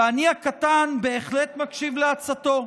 ואני הקטן בהחלט מקשיב לעצתו.